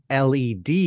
led